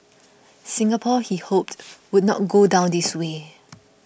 Singapore he hoped would not go down this way